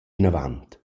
inavant